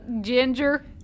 ginger